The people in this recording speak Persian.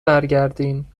برگردین